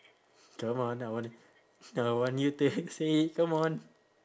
come on I want I want you to like say it come on